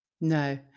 No